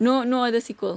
no no other sequel